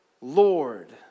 Lord